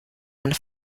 meine